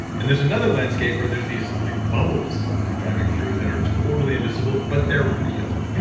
and there's another landscape where there's these like bubbles i'm driving through that are totally invisible. but they're real.